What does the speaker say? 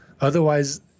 Otherwise